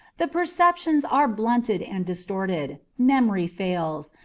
the perceptions are blunted and distorted, memory fails,